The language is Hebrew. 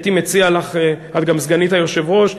את גם סגנית היושב-ראש,